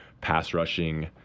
pass-rushing